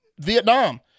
Vietnam